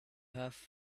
have